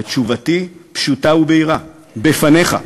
ותשובתי פשוטה ובהירה, בפניך,